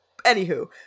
anywho